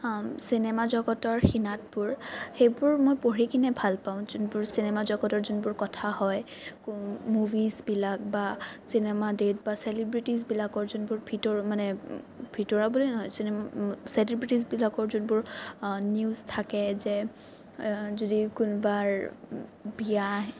cinema জগতৰ শিতানবোৰ সেইবোৰ মই পঢ়ি কিনে ভাল পাওঁ যোনবোৰ চিনেমা জগতৰ যোনবোৰ কথা হয় মুভিজবিলাক বা চিনেমা ডেট বা চেলিব্ৰেটিজবিলাকৰ যোনবোৰ ভিতৰুৱা মানে ভিতৰুৱা বুলি নহয় চিনেমা চেলিব্ৰেটিবিলাকৰ যোনবোৰ নিউজ থাকে যে যদি কোনোবাৰ বিয়া